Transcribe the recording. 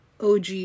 OG